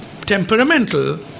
temperamental